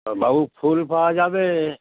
বাবু ফুল পাওয়া যাবে